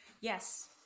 Yes